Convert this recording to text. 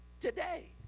today